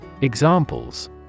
Examples